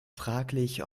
fraglich